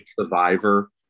Survivor